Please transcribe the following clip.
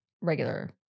regular